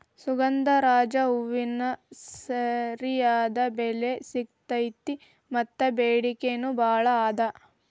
ಸುಗಂಧರಾಜ ಹೂವಿಗೆ ಸರಿಯಾದ ಬೆಲೆ ಸಿಗತೈತಿ ಮತ್ತ ಬೆಡಿಕೆ ನೂ ಬಾಳ ಅದ